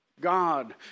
God